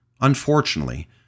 Unfortunately